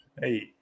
Hey